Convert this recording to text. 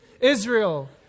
Israel